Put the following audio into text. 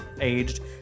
aged